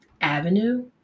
avenue